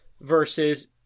versus